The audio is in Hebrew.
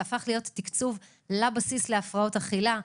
שהפך להיות תקציב לבסיס לטיפול בהפרעות אכילה,